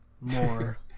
more